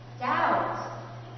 Doubt